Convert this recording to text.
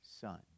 Son